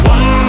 One